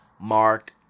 Mark